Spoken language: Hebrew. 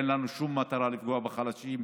אין לנו שום מטרה לפגוע בחלשים.